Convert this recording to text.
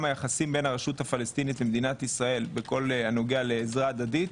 גם היחסים בין הרשות הפלסטינית למדינת ישראל בכל הנוגע לעזרה הדדית.